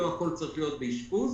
לא הכול צריך להיות באשפוז.